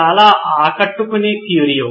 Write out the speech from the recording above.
చాలా ఆకట్టుకునే క్యూరియో